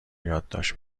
یادداشت